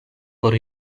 por